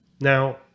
Now